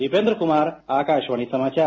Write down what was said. दीपेंद्र क्मार आकाशवाणी समाचार